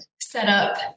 setup